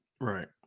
Right